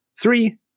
Three